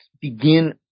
begin